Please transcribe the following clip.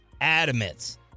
adamant